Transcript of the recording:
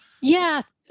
Yes